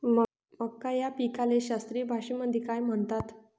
मका या पिकाले शास्त्रीय भाषेमंदी काय म्हणतात?